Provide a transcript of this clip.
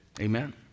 Amen